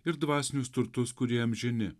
ir dvasinius turtus kurie amžini